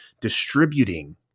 distributing